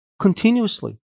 continuously